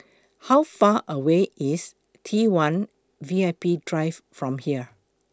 How Far away IS T one V I P Drive from here